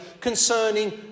concerning